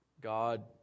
God